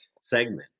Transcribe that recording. segment